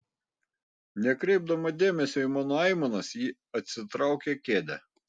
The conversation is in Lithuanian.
nekreipdama dėmesio į mano aimanas ji atsitraukia kėdę